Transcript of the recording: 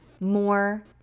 more